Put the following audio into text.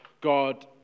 God